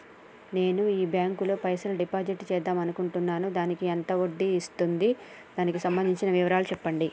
నేను ఈ బ్యాంకులో పైసలు డిసైడ్ చేద్దాం అనుకుంటున్నాను దానికి ఎంత వడ్డీ వస్తుంది దానికి సంబంధించిన వివరాలు చెప్పండి?